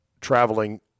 traveling